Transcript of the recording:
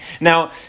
Now